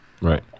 Right